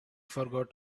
forgot